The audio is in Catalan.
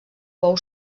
pou